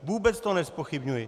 Vůbec to nezpochybňuji.